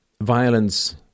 Violence